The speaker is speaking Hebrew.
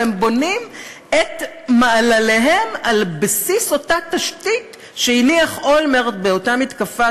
והם בונים את מעלליהם על בסיס אותה תשתית שהניח אולמרט באותה מתקפה,